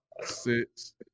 six